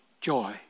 joy